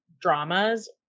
dramas